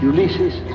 Ulysses